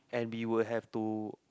and we would have to